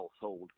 household